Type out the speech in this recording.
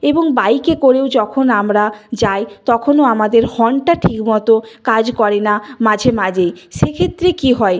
এবং বাইকে করেও যখন আমরা যাই তখনও আমাদের হর্নটা ঠিক মতো কাজ করে না মাঝেমাঝেই সেক্ষেত্রে কী হয়